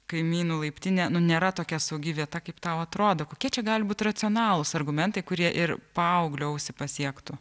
kaimynų laiptinė nu nėra tokia saugi vieta kaip tau atrodo kokie čia gali būti racionalūs argumentai kurie ir paauglio ausį pasiektų